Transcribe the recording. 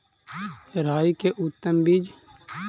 राई के उतम बिज?